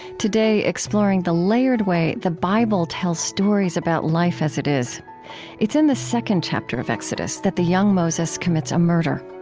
today exploring the layered way the bible tells stories about life as it is it's in the second chapter of exodus that the young moses commits a murder.